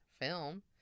film